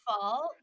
fault